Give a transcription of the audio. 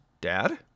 Dad